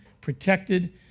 protected